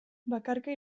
bakarka